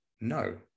No